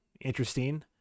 interesting